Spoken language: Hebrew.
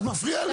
את מפריעה לי.